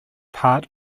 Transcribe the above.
part